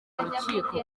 urukiko